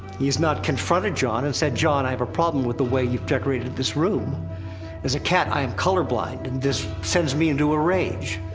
he has not confronted jon, and said, jon, i have a problem with the way you've decorated this room as a cat, i am colorblind, and this room sends me into a rage.